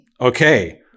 Okay